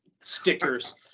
stickers